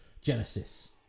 Genesis